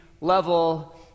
level